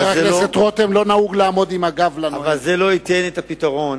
אבל זה לא ייתן את הפתרון.